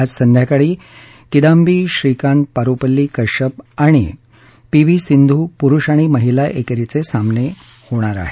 आज संध्याकाळी कींदबी श्रीकांत पारुपल्ली कश्यप आणि पी व्ही सिंधू पुरुष आणि माहिला एकेरीचे सामने घेणार आहेत